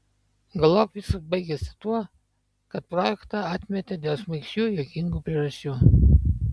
galop viskas baigėsi tuo kad projektą atmetė dėl šmaikščių juokingų priežasčių